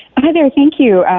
hi there, thank you.